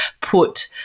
put